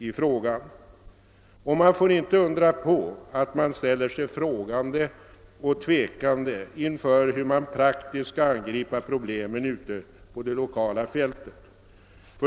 Det är inte att undra över att man ställer sig frågande och tvekande inför hur man praktiskt skall angripa problemen ute på det lokala fältet.